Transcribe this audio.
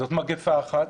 זאת מגפה אחת